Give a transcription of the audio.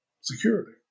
security